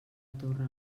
torre